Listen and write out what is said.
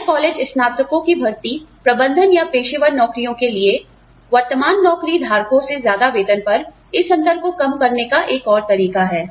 नए कॉलेज स्नातकों की भर्ती प्रबंधन या पेशेवर नौकरियों के लिए वर्तमान नौकरी धारकों से ज्यादा वेतन पर इस अंतर को कम करने का एक और तरीका है